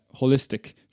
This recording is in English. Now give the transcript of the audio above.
holistic